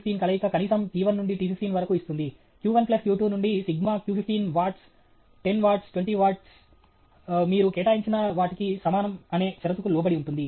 q15 కలయిక కనీసం t1 నుండి t15 వరకు ఇస్తుంది q1 ప్లస్ q2 నుండి sigma q 15 watts 10 watts 20 watts మీరు కేటాయించిన వాటికి సమానం అనే షరతుకు లోబడి ఉంటుంది